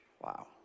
Wow